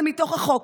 זה מתוך החוק.